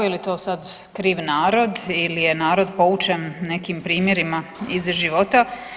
Je li to sad kriv narod ili je narod poučen nekim primjerima iz života?